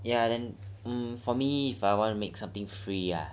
ya then um for me if I want to make something free ah